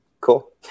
Cool